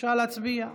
בבקשה להצביע.